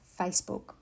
Facebook